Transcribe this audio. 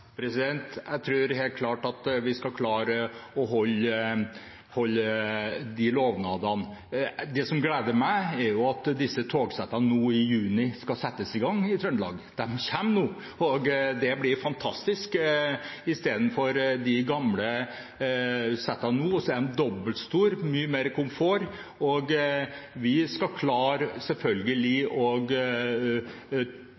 Jeg tror helt klart at vi skal klare å holde de lovnadene. Det som gleder meg, er at disse togsettene skal settes i gang i Trøndelag nå i juni. De kommer nå, og det blir fantastisk, i stedet for de gamle settene. De er dobbelt så store og har mye mer komfort. Vi skal selvfølgelig klare